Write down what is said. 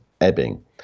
ebbing